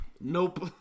Nope